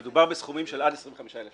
מדובר בסכומים של עד 25,000 שקלים,